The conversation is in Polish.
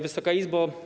Wysoka Izbo!